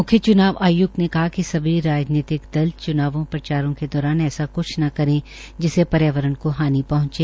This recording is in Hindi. म्ख्य च्नाव आय्क्त ने कहा कि सभी राजनीतिक दल चुनावों प्रचार के दौरान ऐसा कुछ न करे जिसे पर्यावरण को हानि पहंचे